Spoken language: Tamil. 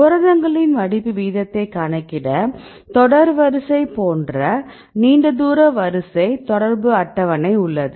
புரதங்களின் மடிப்பு விகிதத்தை கணக்கிட தொடர்பு வரிசை போன்ற நீண்ட தூர வரிசை தொடர்பு அட்டவணை உள்ளது